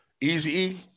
Easy